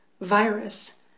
virus